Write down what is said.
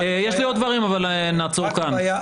יש לי עוד דברים אבל נעצור כאן.